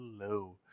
Hello